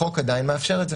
החוק עדיין מאפשר את זה.